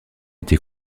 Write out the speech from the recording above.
été